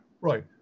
right